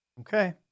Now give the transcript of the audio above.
Okay